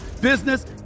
business